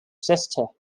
sister